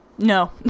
No